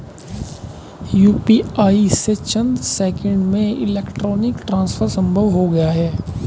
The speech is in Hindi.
यूपीआई से चंद सेकंड्स में इलेक्ट्रॉनिक ट्रांसफर संभव हो गया है